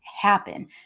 happen